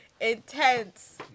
intense